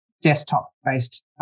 desktop-based